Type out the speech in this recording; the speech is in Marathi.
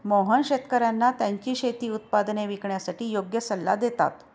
मोहन शेतकर्यांना त्यांची शेती उत्पादने विकण्यासाठी योग्य सल्ला देतात